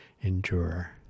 endure